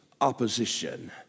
opposition